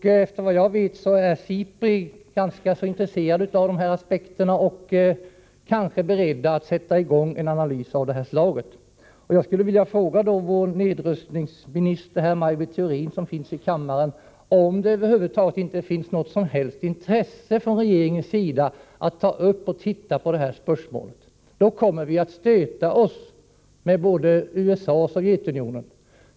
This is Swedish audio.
Såvitt jag vet är man på SIPRI ganska intresserad av de här aspekterna och kanske beredd att sätta i gång en analys av detta slag. Jag skulle vilja fråga vår nedrustningsminister, Maj Britt Theorin, som finns i kammaren, om det inte finns något intresse från regeringens sida att titta på detta speciella spörsmål. Då kommer vi att stöta oss med både USA och Sovjetunionen.